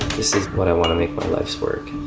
this is what i want to make my life's work.